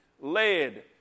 led